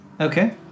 Okay